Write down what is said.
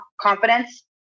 confidence